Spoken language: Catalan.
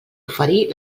oferir